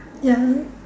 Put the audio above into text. ya